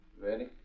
Ready